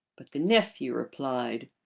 but the nephew replied,